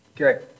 Okay